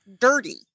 dirty